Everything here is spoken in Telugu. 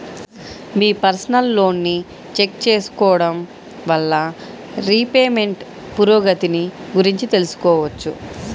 మీ పర్సనల్ లోన్ని చెక్ చేసుకోడం వల్ల రీపేమెంట్ పురోగతిని గురించి తెలుసుకోవచ్చు